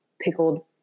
pickled